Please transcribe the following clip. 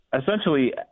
Essentially